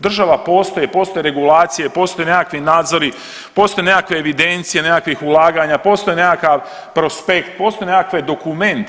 Država postoje, postoje regulacije, postoje nekakvi nadzori, postoje nekakve evidencije nekakvih ulaganja, postoji nekakav prospekt, postoji nekakav dokument.